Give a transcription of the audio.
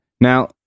Now